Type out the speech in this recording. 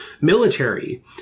military